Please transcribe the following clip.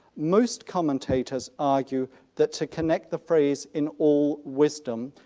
most commentators argue that to connect the phrase in all wisdom,